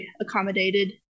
accommodated